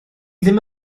ddim